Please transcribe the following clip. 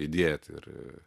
įdėt ir